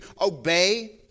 obey